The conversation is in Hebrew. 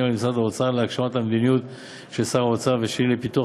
על-ידי משרד האוצר להגשמת המדיניות של שר האוצר ושלי לפיתוח